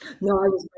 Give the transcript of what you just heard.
no